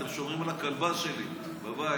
אתם שומרים על הכלבה שלי בבית.